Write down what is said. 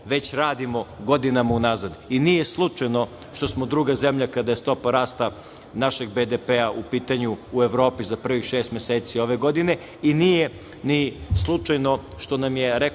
već radimo godinama unazad i nije slučajno što smo druga zemlja kada je stopa rasta našeg BDP u pitanju u Evropi za prvih šest meseci ove godine i nije ni slučajno što nam je rekordno